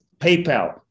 PayPal